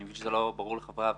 אני מבין שזה לא ברור לחברי הוועדה.